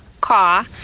car